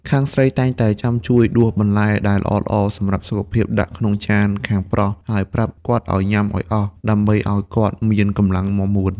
ខាងស្រីតែងតែចាំជួយដួសបន្លែដែលល្អៗសម្រាប់សុខភាពដាក់ក្នុងចានខាងប្រុស ហើយប្រាប់គាត់ឱ្យញ៉ាំឱ្យអស់ ដើម្បីឱ្យគាត់មានកម្លាំងមាំមួន។